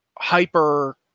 hyper